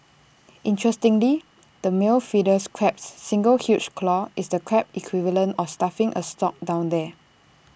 interestingly the male Fiddlers crab's single huge claw is the Crab equivalent of stuffing A stock down there